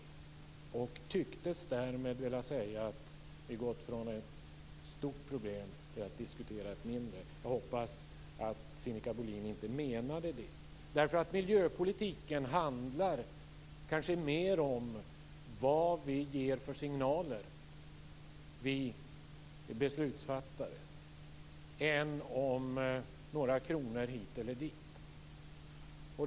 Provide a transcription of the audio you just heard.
Hon tycktes därmed vilja säga att vi går från ett stort problem till att diskutera ett mindre. Jag hoppas att Sinikka Bohlin inte menade det. Miljöpolitiken handlar kanske mer om vad vi beslutsfattare ger för signaler än om några kronor hit eller det.